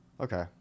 okay